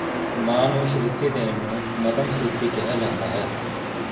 ਮਾਂ ਨੂੰ ਸ਼ਰੂਤੀ ਦੇਣ ਨੂੰ ਮੱਧਮ ਸ਼ਰੂਤੀ ਕਿਹਾ ਜਾਂਦਾ ਹੈ